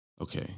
okay